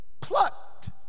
Plucked